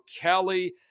Kelly